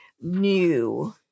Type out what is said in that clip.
new